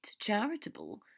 charitable